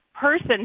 person